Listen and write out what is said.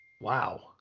Wow